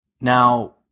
Now